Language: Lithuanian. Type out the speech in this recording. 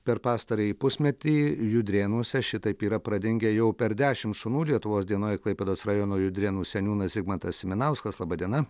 per pastarąjį pusmetį judrėnuose šitaip yra pradingę jau per dešimt šunų lietuvos dienoj klaipėdos rajono judrėnų seniūnas zigmantas siminauskas laba diena